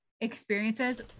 experiences